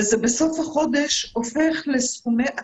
וזה בסוף החודש הופך לסכומי עתק.